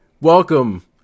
welcome